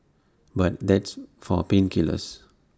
but that's for pain killers